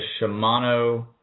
Shimano